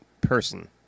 person